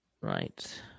right